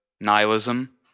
nihilism